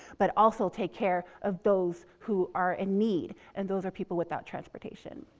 but also take care of those who are in need. and those are people without transportation.